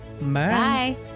Bye